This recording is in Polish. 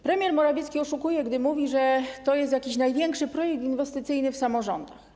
Premier Morawiecki oszukuje, gdy mówi, że to jest największy projekt inwestycyjny w samorządach.